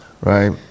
right